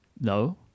no